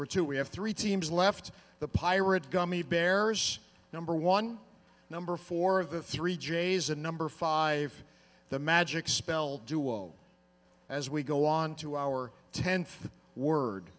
were two we have three teams left the pirate gummy bears number one number four of the three jays and number five the magic spell duel as we go on to our tenth word